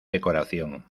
decoración